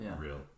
real